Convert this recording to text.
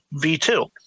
V2